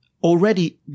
already